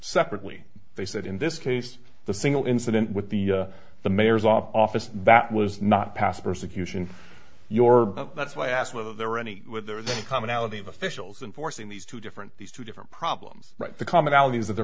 separately they said in this case the single incident with the the mayor's office that was not passed persecution your that's why i asked whether there were any with the commonality of officials and forcing these two different these two different problems right the